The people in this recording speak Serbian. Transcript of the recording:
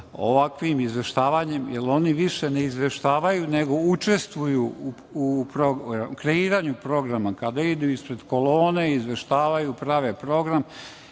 ovakvim izveštavanjem, jer oni više ne izveštavaju, nego učestvuju u kreiranju programa, idu ispred kolone, izveštavaju, prave program